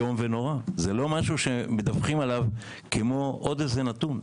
זה לא משהו שמדווחים עליו כמו עוד איזה נתון.